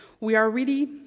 we are really